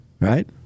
right